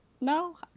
No